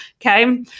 Okay